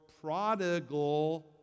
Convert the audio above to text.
prodigal